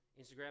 Instagram